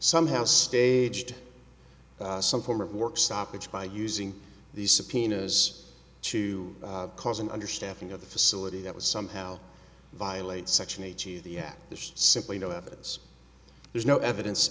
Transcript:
somehow staged some form of work stoppage by using these subpoenas to cause an understaffing of the facility that was somehow violate section eighty the there's simply no evidence there's no evidence